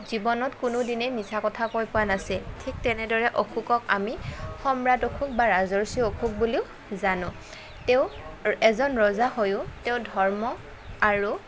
জীৱনত কোনো দিনেই মিছা কথা কৈ পোৱা নাছিল ঠিক তেনেদৰে অশোকক আমি সম্ৰাট অশোক বা ৰাজৰ্ষি অশোক বুলিও জানো তেওঁ এজন ৰজা হৈও তেওঁ ধৰ্ম আৰু